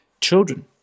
children